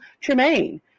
Tremaine